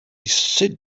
sit